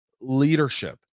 leadership